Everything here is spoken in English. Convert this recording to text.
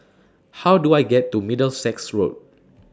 How Do I get to Middlesex Road